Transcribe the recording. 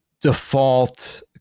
default